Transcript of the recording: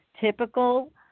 typical